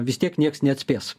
vis tiek nieks neatspės